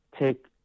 take